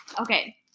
Okay